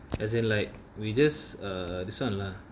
as in like we just err this one lah